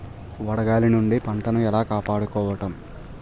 వడగాలి నుండి పంటను ఏలా కాపాడుకోవడం?